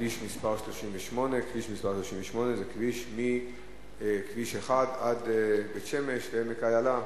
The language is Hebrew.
כביש מס' 38. כביש מס' 38 זה כביש מכביש 1 עד בית-שמש ועמק האלה,